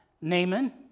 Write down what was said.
Naaman